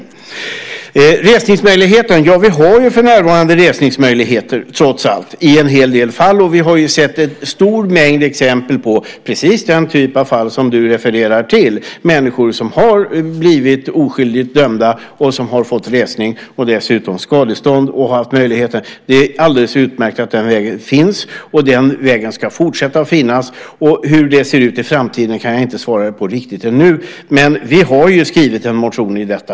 När det gäller resningsmöjligheten har vi för närvarande resningsmöjligheter, trots allt, i en hel del fall. Vi har sett en stor mängd exempel på precis den typ av fall som du refererar till, människor som har blivit oskyldigt dömda och som har fått resning, och dessutom skadestånd. Det är alldeles utmärkt att den vägen finns, och den vägen ska fortsätta att finnas. Hur det ser ut i framtiden kan jag inte svara på riktigt ännu. Men vi har ju skrivit en motion om detta.